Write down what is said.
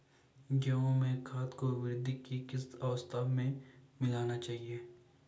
गेहूँ में खाद को वृद्धि की किस अवस्था में मिलाना चाहिए?